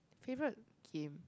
favourite game